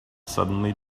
suddenly